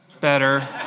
better